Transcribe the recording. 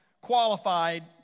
qualified